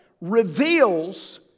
reveals